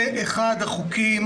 זה אחד החוקים